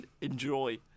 Enjoy